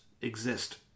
exist